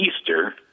Easter